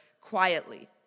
quietly